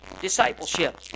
discipleship